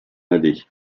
aller